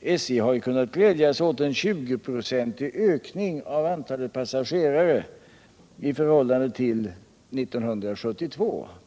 SJ har kunnat glädja sig åt en 20-procentig ökning av antalet passagerare i förhållande till 1972.